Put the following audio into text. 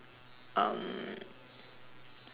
um